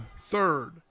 third